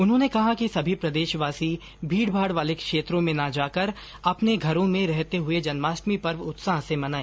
उन्होंने कहा कि सभी प्रदेशवासी भीड़भाड़ वाले क्षेत्रों में ना जाकर अपने घरों में रहते हए जन्माष्टमी पर्व उत्साह से मनाए